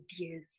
ideas